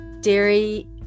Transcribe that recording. Dairy